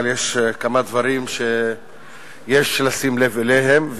אבל יש כמה דברים שיש לשים לב אליהם,